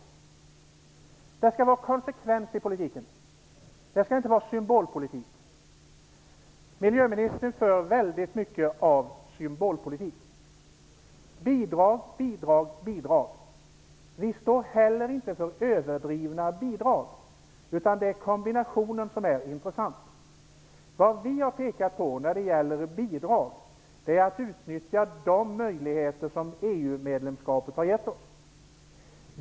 Det skall vara konsekvens i politiken. Det skall inte vara en symbolpolitik. Miljöministern för väldigt mycket av en symbolpolitik. Bidrag, bidrag, säger miljöministern. Men vi står inte heller för överdrivna bidrag, utan det är kombinationen som är intressant. Vad vi har pekat på när det gäller bidrag är de möjligheter som EU-medlemskapet ger oss.